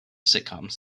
sitcoms